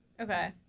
Okay